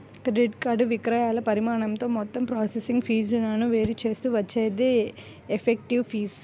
credit card విక్రయాల పరిమాణంతో మొత్తం ప్రాసెసింగ్ ఫీజులను వేరు చేస్తే వచ్చేదే ఎఫెక్టివ్ ఫీజు